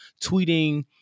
tweeting